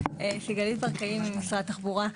סיגלית ברקאי ממשרד התחבורה.